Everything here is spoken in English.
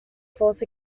force